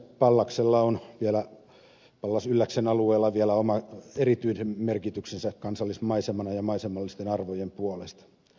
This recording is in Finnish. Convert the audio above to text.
tämän lisäksi pallas ylläksen alueella on vielä oma erityinen merkityksensä kansallismaisemana ja maisemallisten arvojen puolesta